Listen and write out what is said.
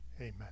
Amen